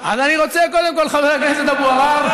אז אני רוצה, קודם כול, חבר הכנסת אבו עראר,